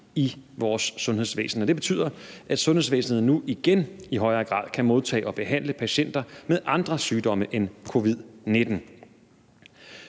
i vores sundhedsvæsen. Det betyder, at sundhedsvæsenet nu igen i højere grad kan modtage og behandle patienter med andre sygdomme end covid-19,